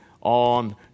on